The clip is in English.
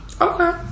Okay